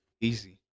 easy